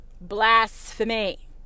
Blasphemy